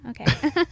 okay